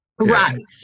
Right